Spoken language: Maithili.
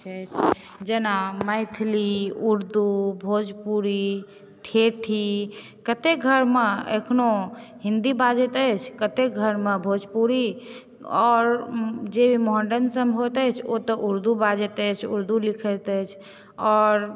छै जेना मैथिली उर्दू भोजपुरी ठेठी कतेक घरमे एखनो हिन्दी बाजैत अछि कतेक घरमे भोजपुरी आओर जे मोहेमडम सब होइत अछि ओ तऽ उर्दू बाजैत अछि उर्दू लिखैत अछि आओर